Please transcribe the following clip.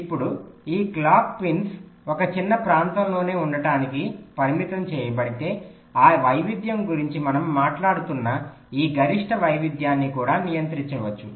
ఇప్పుడు ఈ clock pins ఒక చిన్న ప్రాంతంలోనే ఉండటానికి పరిమితం చేయబడితే ఆ వైవిధ్యం గురించి మనం మనట్లాడుతున్న ఈ గరిష్ట వైవిధ్యాన్ని కూడా నియంత్రించవచ్చు